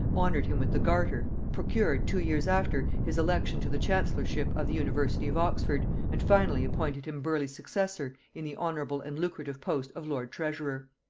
honored him with the garter, procured, two years after, his election to the chancellorship of the university of oxford, and finally appointed him burleigh's successor in the honorable and lucrative post of lord treasurer.